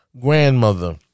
grandmother